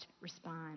respond